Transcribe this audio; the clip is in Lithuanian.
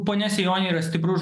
ponia sėjonienė yra stiprus